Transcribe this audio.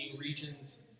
regions